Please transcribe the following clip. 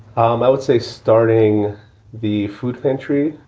um i would say starting the food pantry,